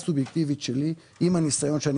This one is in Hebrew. ההערכה הסובייקטיבית שלי עם הניסיון שאני